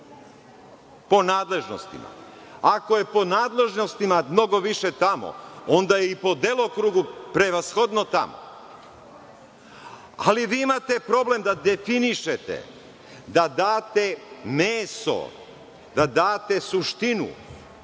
po nadležnostima. Ako je po nadležnostima mnogo više tamo, onda je i po delokrugu prevashodno tamo. Ali, vi imate problem da definišete, da date meso, da date suštinu,